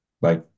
Bye